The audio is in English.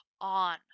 on